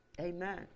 Amen